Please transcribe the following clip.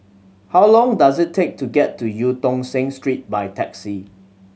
how long does it take to get to Eu Tong Sen Street by taxi